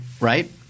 Right